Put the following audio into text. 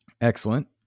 Excellent